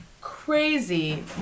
crazy